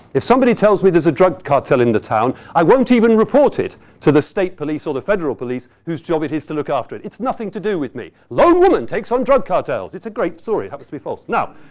if somebody tells me there's a drug cartel in the town, i won't even report it to the state police or the federal police, whose job it is to look after it. it's nothing to do with me. lone woman takes on drug cartel. it's it's a great story. it happens to be false. now,